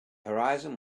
horizon